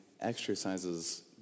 exercises